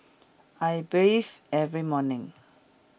I bathe every morning